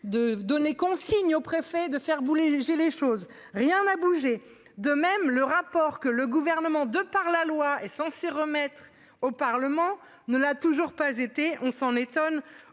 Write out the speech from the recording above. de donner consigne aux préfets de faire brûler. J'ai les choses, rien n'a bougé. De même, le rapport que le gouvernement de par la loi et censés remettre au Parlement ne l'a toujours pas été on s'en étonne